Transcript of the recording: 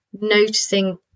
noticing